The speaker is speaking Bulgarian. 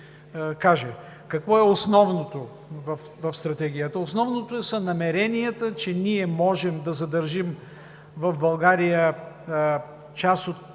Какво е основното в Стратегията? Основното са намеренията, че ние можем да задържим в България част от